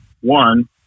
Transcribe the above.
one